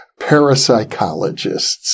parapsychologists